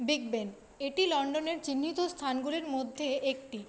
big Ben এটি লন্ডনের চিহ্নিত স্থানগুলির মধ্যে একটি